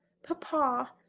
papa!